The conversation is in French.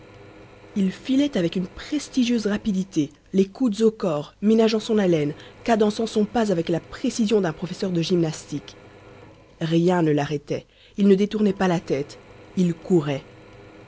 il filait avec une prestigieuse rapidité les coudes au corps ménageant son haleine cadençant son pas avec la précision d'un professeur de gymnastique rien ne l'arrêtait il ne détournait pas la tête il courait